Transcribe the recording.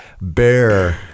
bear